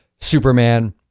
Superman